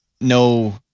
no